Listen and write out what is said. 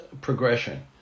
progression